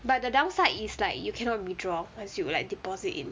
but the downside is like you cannot withdraw as you like deposit in